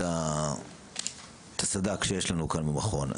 את הסד"כ שיש לנו כאן במכון.